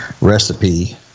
recipe